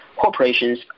corporations